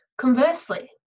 Conversely